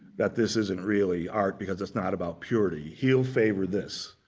that this isn't really art because it's not about purity. he'll favor this.